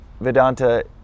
Vedanta